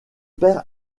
père